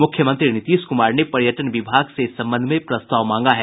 मुख्यमंत्री नीतीश कुमार ने पर्यटन विभाग से इस संबंध में प्रस्ताव मांगा है